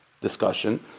discussion